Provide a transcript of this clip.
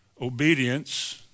obedience